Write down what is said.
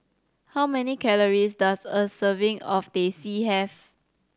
how many calories does a serving of Teh C have